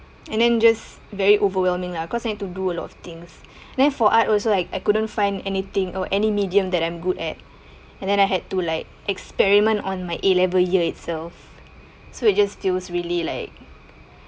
and then just very overwhelming lah cause you need to do a lot of things then for art also like I couldn't find anything or any medium that I'm good at and then I had to like experiment on my A level year itself so it just feels really like